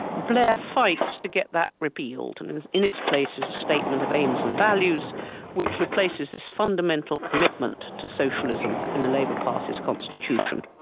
blair fights to get that repealed and in its place is a statement of aims and values which replaces this fundamental commitment to socialism in the labour party's constitution.